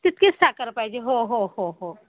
तितकीच साखर पाहिजे हो हो हो हो